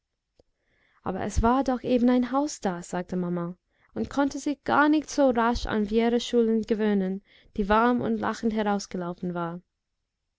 aber es war doch eben ein haus da sagte maman und konnte sich gar nicht so rasch an wjera schulin gewöhnen die warm und lachend herausgelaufen war